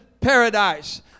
paradise